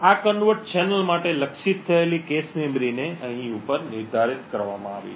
આ convert channel માટે લક્ષિત થયેલ cache મેમરીને અહીં ઉપર નિર્ધારિત કરવામાં આવી છે